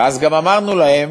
ואז גם אמרנו להם: